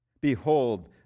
Behold